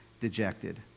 dejected